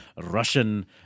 Russian